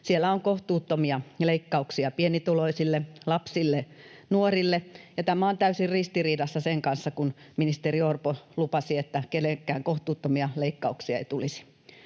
Siellä on kohtuuttomia leikkauksia pienituloisille, lapsille, nuorille, ja tämä on täysin ristiriidassa sen kanssa, kun ministeri Orpo lupasi, että kenellekään kohtuuttomia leikkauksia ei tulisi.